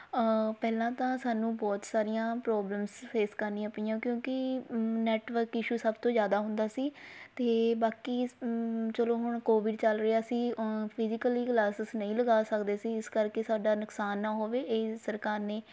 ਪਹਿਲਾਂ ਤਾਂ ਸਾਨੂੰ ਬਹੁਤ ਸਾਰੀਆਂ ਪ੍ਰੋਬਲਮਸ ਫੇਸ ਕਰਨੀਆਂ ਪਈਆਂ ਕਿਉਂਕਿ ਨੈਟਵਰਕ ਇਸ਼ੂ ਸਭ ਤੋਂ ਜ਼ਿਆਦਾ ਹੁੰਦਾ ਸੀ ਅਤੇ ਬਾਕੀ ਚਲੋ ਹੁਣ ਕੋਵਿਡ ਚੱਲ ਰਿਹਾ ਸੀ ਫਿਜੀਕਲੀ ਕਲਾਸਿਸ ਨਹੀਂ ਲਗਾ ਸਕਦੇ ਸੀ ਇਸ ਕਰਕੇ ਸਾਡਾ ਨੁਕਸਾਨ ਨਾ ਹੋਵੇ ਇਹ ਸਰਕਾਰ ਨੇ